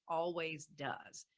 always does.